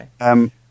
Okay